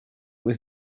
was